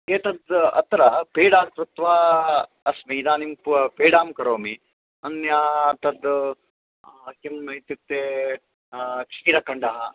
एतद् अत्र पेडां कृत्वा अस्मि इदानीं पेडां करोमि अन्य तद् किम् इत्युक्ते क्षीरकण्डः